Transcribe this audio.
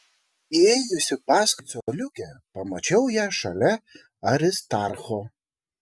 įėjusi paskui coliukę pamačiau ją šalia aristarcho